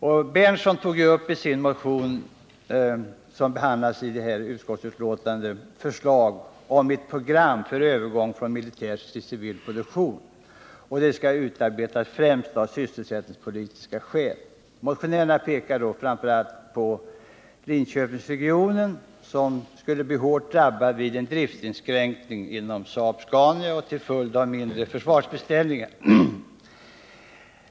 Nils Berndtson m.fl. har i motionen 1005 tagit upp förslag till ett program för övergång från militär till civil produktion, och det skall utarbetas främst av sysselsättningspolitiska skäl. Motionärerna pekar framför allt på att Linköpingsregionen skulle bli hårt drabbad vid en driftinskränkning inom Saab Scania till följd av att det blir mindre försvarsbeställningar.